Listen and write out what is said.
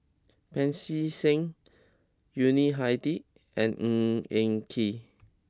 Pancy Seng Yuni Hadi and Ng Eng Kee